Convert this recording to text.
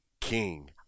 king